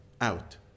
out